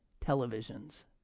television's